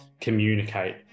communicate